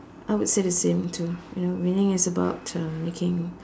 I would say the same too you know winning is about uh making